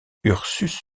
ursus